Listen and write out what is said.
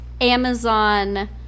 Amazon